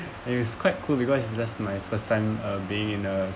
and it's quite cool because it's just my first time uh being in a